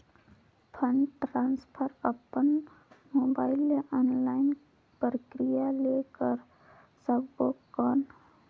Fund transfer अपन mobile मे online प्रक्रिया ले कर सकबो कौन?